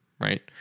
Right